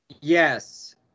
Yes